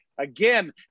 again